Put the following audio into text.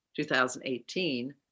2018